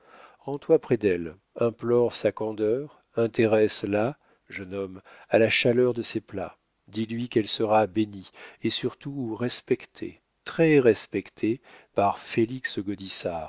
rends-toi près d'elle implore sa candeur intéresse la jeune homme à la chaleur de ces plats dis-lui qu'elle sera bénie et surtout respectée très respectée par félix